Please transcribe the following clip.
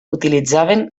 utilitzaven